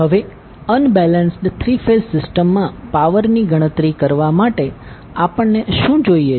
હવે unbalanced three phase સિસ્ટમમાં પાવરની ગણતરી કરવા માટે આપણને શું જોઈએ છે